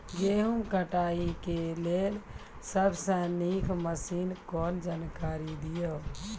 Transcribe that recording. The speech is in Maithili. गेहूँ कटाई के लेल सबसे नीक मसीनऽक जानकारी दियो?